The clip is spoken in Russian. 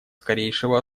скорейшего